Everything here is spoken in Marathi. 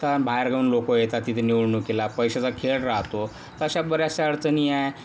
तर बाहेरगावाहून लोक येतात तिथे निवडणुकीला पैशाचा खेळ राहतो अशा बऱ्याचशा अडचणी आहेत